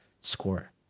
score